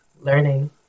learning